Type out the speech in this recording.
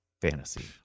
fantasy